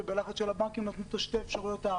ובלחץ של הבנקים נתנו אפשרות לשתי דחיות.